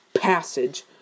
Passage